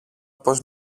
πώς